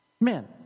men